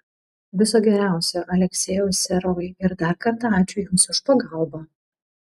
viso geriausio aleksejau serovai ir dar kartą ačiū jums už pagalbą